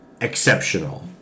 exceptional